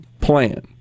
plan